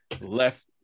left